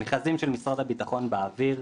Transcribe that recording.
המכרזים של משרד הביטחון באוויר.